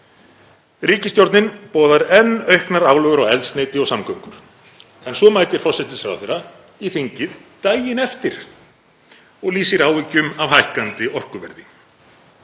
Ríkisstjórnin boðar enn auknar álögur á eldsneyti og samgöngur en svo mætir forsætisráðherra í þingið daginn eftir og lýsir áhyggjum af hækkandi orkuverði.